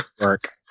work